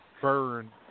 burn